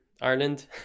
Ireland